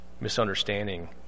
misunderstanding